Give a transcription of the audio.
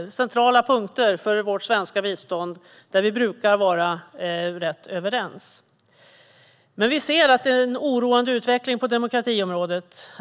Det är centrala punkter för vårt svenska bistånd, där vi brukar vara rätt överens. Men vi ser att det är en oroande utveckling på demokratiområdet.